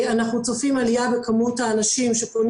אנחנו צופים עלייה בכמות האנשים שפונים